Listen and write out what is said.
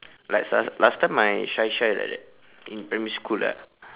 like so~ last time I shy shy like that in primary school ah